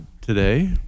today